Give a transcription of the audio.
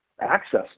access